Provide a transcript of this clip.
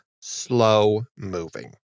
slow-moving